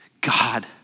God